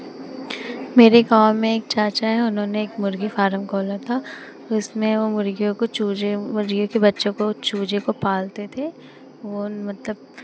मेरे गाँव में एक चाचा हैं उन्होंने एक मुर्गी फारम खोला था उसमें वो मुर्गियों को चूज़े वो लिए थे बच्चों को चूज़े को पालते थे वो मतलब